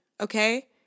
okay